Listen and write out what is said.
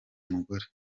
umugore